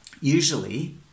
Usually